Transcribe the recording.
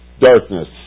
darkness